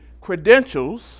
credentials